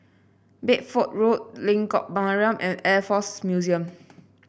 Bedford Road Lengkok Mariam and Air Force Museum